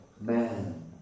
man